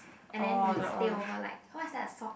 and then we stay over like what is that a sau~